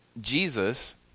Jesus